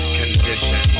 condition